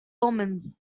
omens